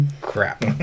crap